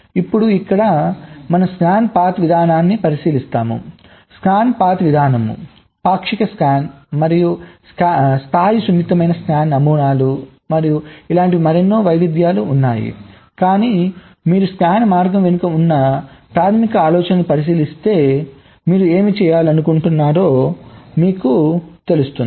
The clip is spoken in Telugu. ఇప్పుడు ఇక్కడ మనం స్కాన్ పాత్ విధానాన్ని పరిశీలిస్తాము స్కాన్ పాత్ విధానం పాక్షిక స్కాన్ స్థాయి సున్నితమైన స్కాన్ నమూనాలు మరియు ఇలాంటివి మరెన్నో వైవిధ్యాలు ఉన్నాయి కానీ మీరు స్కాన్ మార్గం వెనుక ఉన్న ప్రాథమిక ఆలోచనను పరిశీలిస్తే మీరు ఏమి చేయాలనుకుంటున్నారో మీకు తెలుస్తుంది